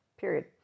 Period